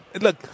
look